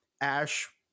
Ash